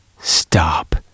Stop